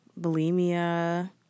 bulimia